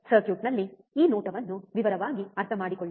ಸರ್ಕ್ಯೂಟ್ನಲ್ಲಿ ಈ ನೋಟವನ್ನು ವಿವರವಾಗಿ ಅರ್ಥಮಾಡಿಕೊಳ್ಳಿ